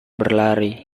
berlari